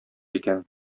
икән